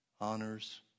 honors